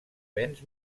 vents